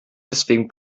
deswegen